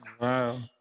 Wow